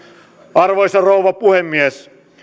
arvoisa rouva puhemies